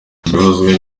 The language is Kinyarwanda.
bivuzwe